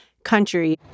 country